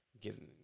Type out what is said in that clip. given